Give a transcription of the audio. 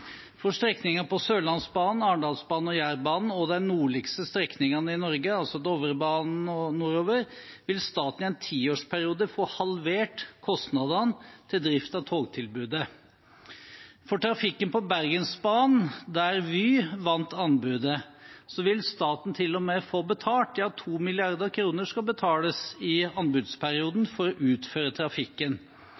For strekningene på Sørlandsbanen, Arendalsbanen og Jærbanen og de nordligste strekningene i Norge, altså Dovrebanen og nordover, vil staten i en tiårsperiode få halvert kostnadene til drift av togtilbudet. For trafikken på Bergensbanen, der Vy vant anbudet, vil staten til og med få betalt – ja, 2 mrd. kr skal betales i anbudsperioden